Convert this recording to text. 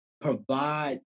provide